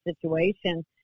situation